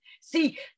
See